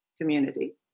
community